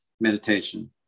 meditation